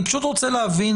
אני רוצה להבין